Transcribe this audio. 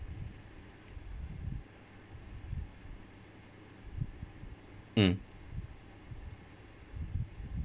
mm